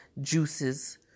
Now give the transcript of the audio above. juices